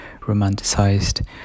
romanticized